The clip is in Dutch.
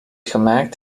gemaakt